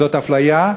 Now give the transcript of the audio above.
זאת אפליה.